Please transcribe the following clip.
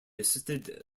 assisted